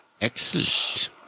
Excellent